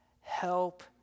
help